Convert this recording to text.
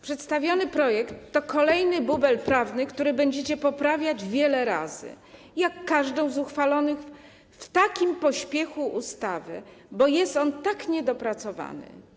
Przedstawiony projekt to kolejny bubel prawny, który będziecie poprawiać wiele razy, jak każdą ustawę z uchwalonych w takim pośpiechu, bo jest on tak niedopracowany.